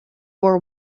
war